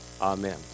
Amen